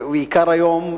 ובעיקר היום,